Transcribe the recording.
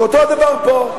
ואותו הדבר פה.